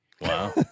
Wow